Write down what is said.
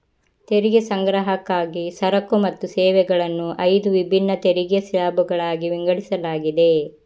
ತೆರಿಗೆ ಸಂಗ್ರಹಕ್ಕಾಗಿ ಸರಕು ಮತ್ತು ಸೇವೆಗಳನ್ನು ಐದು ವಿಭಿನ್ನ ತೆರಿಗೆ ಸ್ಲ್ಯಾಬುಗಳಾಗಿ ವಿಂಗಡಿಸಲಾಗಿದೆ